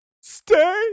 Stay